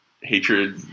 hatred